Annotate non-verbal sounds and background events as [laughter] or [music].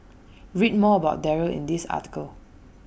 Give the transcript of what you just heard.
[noise] read more about Darryl in this article